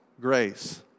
grace